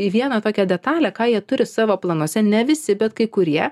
į vieną tokią detalę ką jie turi savo planuose ne visi bet kai kurie